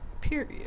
Period